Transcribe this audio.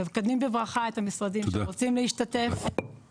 ומקדמים בברכה את המשרדים שרוצים להשתתף,